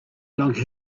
longer